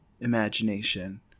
imagination